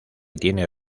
tiene